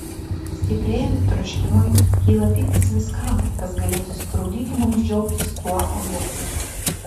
stiprėjant troškimui kyla pyktis viskam kas galėtų sutrukdyti mums džiaugtis tuo objektu